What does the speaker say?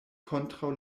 kontraŭ